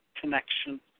connection